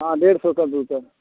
हाँ डेढ़ सौ कंप्यूटर